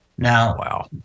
Now